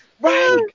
Right